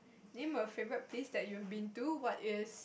name a favourite place that you've been to what is